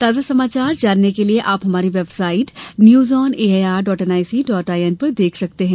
ताजा समाचार जानने के लिए आप हमारी website news on A I R dot N I C dot I N देख सकते हैं